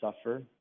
suffer